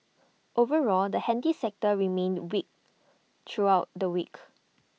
overall the handy sector remained weak throughout the week